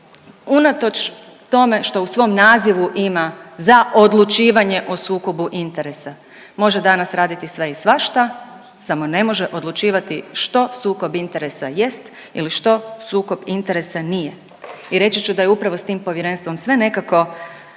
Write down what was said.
unatoč tome što u svom nazivu ima „za odlučivanje o sukobu interesa“ može danas raditi sve i svašta samo ne može odlučivati što sukob interesa jest ili što sukob interesa nije. I reći ću da je upravo s tim povjerenstvom sve nekako